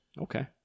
Okay